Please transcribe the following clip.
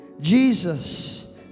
Jesus